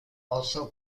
also